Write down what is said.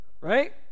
right